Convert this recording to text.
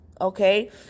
Okay